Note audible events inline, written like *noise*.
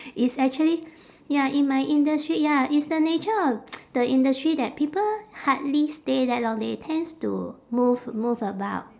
it's actually ya in my industry ya it's the nature of *noise* the industry that people hardly stay that long they tends to move move about